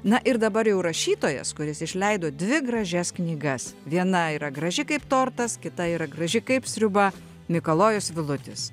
na ir dabar jau rašytojas kuris išleido dvi gražias knygas viena yra graži kaip tortas kita yra graži kaip sriuba mikalojus vilutis